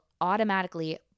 automatically